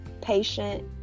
patient